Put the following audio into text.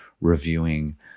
reviewing